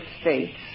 states